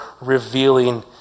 revealing